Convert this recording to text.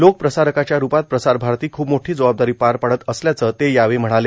लोक प्रसारकाच्या रुपात प्रसार भारती खूप मोठा जबाबदारा पार पाडत असल्याच ते म्हणाले